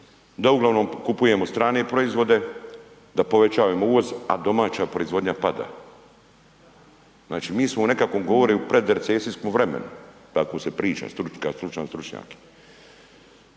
da uglavnom kupujemo strane proizvode, da povećavamo uvoz, a domaća proizvodnja pada. Znači, mi smo u nekakvom govore predrecesijskom vremenu, tako se priča, …/Govornik se ne razumije/…stručnjak,